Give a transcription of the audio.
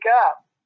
up